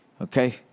Okay